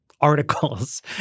articles